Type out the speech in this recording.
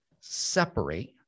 separate